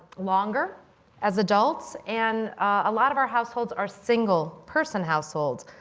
longer as adults and a lot of our households are single person households.